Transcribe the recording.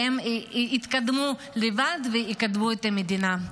והם יתקדמו לבד ויקדמו את המדינה.